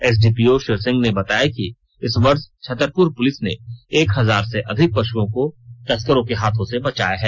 SDPO Shri Singh ने बताया कि इस वर्ष छतरपुर पुलिस ने एक हजार से अधिक पशुओं को तस्करों के हाथों से बचाया है